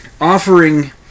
offering